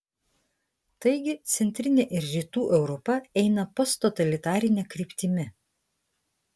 taigi centrinė ir rytų europa eina posttotalitarine kryptimi